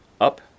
up